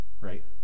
right